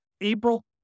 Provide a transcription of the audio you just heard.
April